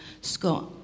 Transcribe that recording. Scott